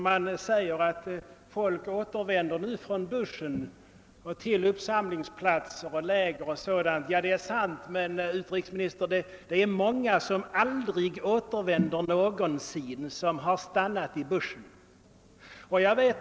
Det sägs att folk nu återvänder från bushen till uppsamlingsplatser och läger, och det är sant, men många har stannat i bushen och återvänder aldrig någonsin.